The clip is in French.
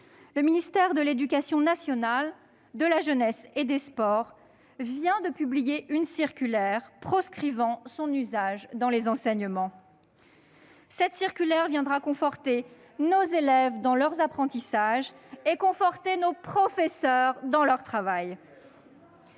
le ministère de l'éducation nationale, de la jeunesse et des sports vient de publier une circulaire proscrivant son usage dans les enseignements. Très bien ! Elle viendra conforter nos élèves dans leurs apprentissages et conforter nos professeurs dans leur travail.